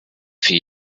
vier